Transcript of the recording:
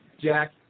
Jack